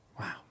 Wow